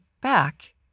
back